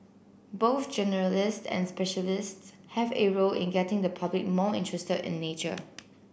both generalists and specialists have a role in getting the public more interested in nature